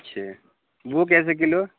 اچھا وہ کیسے کلو ہے